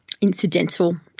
incidental